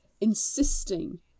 insisting